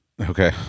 Okay